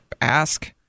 ask